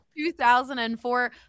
2004